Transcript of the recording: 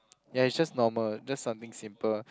ya it's just normal just something simple